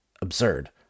absurd